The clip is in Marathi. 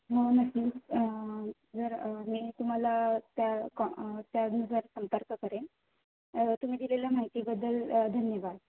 हो नक्कीच जर मी तुम्हाला त्या कॉ त्यानुसार संपर्क करेन तुम्ही दिलेल्या माहितीबद्दल धन्यवाद